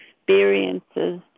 experiences